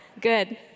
Good